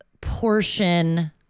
portion